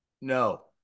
No